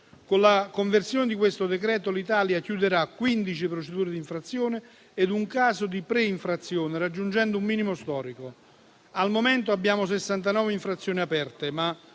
Con la conversione di questo decreto-legge, l'Italia chiuderà quindici procedure d'infrazione e un caso di pre-infrazione, raggiungendo un minimo storico. Al momento abbiamo sessantanove infrazioni aperte,